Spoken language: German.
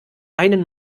einen